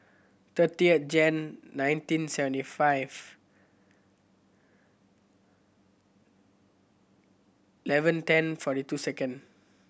thirty Jan nineteen seventy five eleven ten forty two second